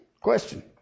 question